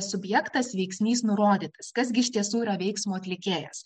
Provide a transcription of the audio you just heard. subjektas veiksnys nurodyti kas gi iš tiesų yra veiksmo atlikėjas